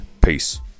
Peace